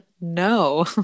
no